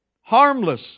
harmless